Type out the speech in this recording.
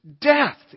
death